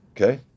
Okay